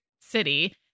city